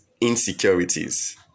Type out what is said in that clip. insecurities